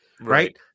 right